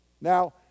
Now